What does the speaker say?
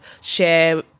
share